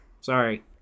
Sorry